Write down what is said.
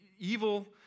evil